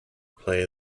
play